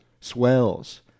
swells